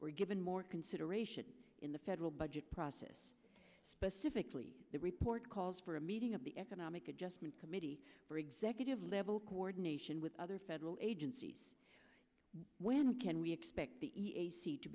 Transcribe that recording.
were given more consideration in the federal budget process specifically the report calls for a meeting of the economic adjustment committee or executive level coordination with other federal agencies when can we expect t